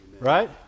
Right